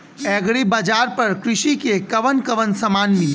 Agri बाजार पर कृषि के कवन कवन समान मिली?